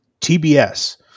TBS